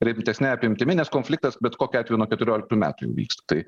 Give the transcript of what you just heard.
rimtesne apimtimi nes konfliktas bet kokiu atveju nuo keturioliktų metų jau vyksta tai